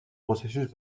processus